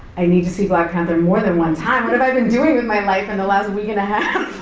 i need to see black panther more than one time, what have i been doing with my life in the last week and a half.